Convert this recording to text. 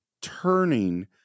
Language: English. turning